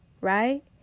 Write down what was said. right